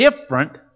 different